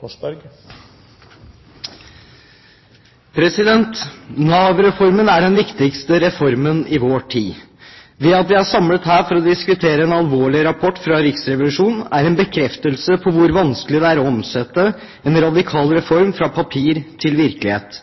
dag. Nav-reformen er den viktigste reformen i vår tid. Det at vi er samlet her for å diskutere en alvorlig rapport fra Riksrevisjonen, er en bekreftelse på hvor vanskelig det er å omsette en radikal reform fra papir til virkelighet.